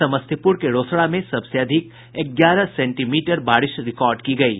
समस्तीपुर के रोसड़ा में सबसे अधिक ग्यारह सेंटीमीटर बारिश रिकॉर्ड की गयी